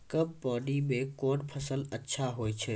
कम पानी म कोन फसल अच्छाहोय छै?